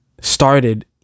started